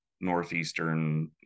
Northeastern